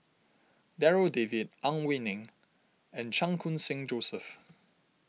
Darryl David Ang Wei Neng and Chan Khun Sing Joseph